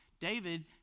David